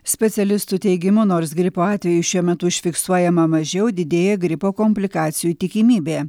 specialistų teigimu nors gripo atvejų šiuo metu užfiksuojama mažiau didėja gripo komplikacijų tikimybė